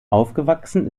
aufgewachsen